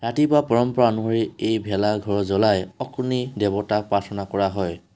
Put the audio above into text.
ৰাতিপুৱা পৰম্পৰা অনুসৰি এই ভেলাঘৰ জ্বলাই অগ্নি দেৱতাক প্ৰাৰ্থনা কৰা হয়